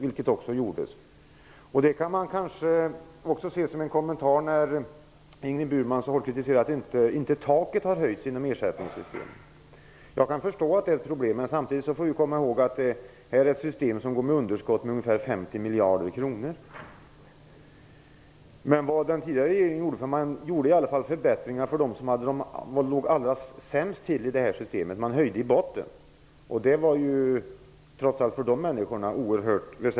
Ingrid Burman kritiserade att taket inte har höjts inom ersättningssystemet. Jag kan förstå att det är ett problem. Samtidigt måste vi komma ihåg att detta system går med ett underskott på ca 50 miljarder kronor. Den tidigare regeringen genomförde i alla fall förbättringar för dem som låg allra sämst till i systemet. Man höjde i botten, och det var ju oerhört väsentligt för dessa människor.